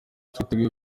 twiteguye